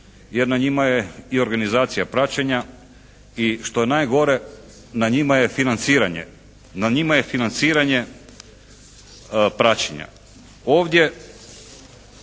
jer na njima je i organizacija praćenja. I što je najgore na njima je financiranje. Na njima je financiranje praćenja.